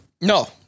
No